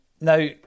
Now